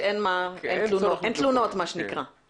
אני שמחה לפתוח דיון משותף של ועדת הפנים והגנת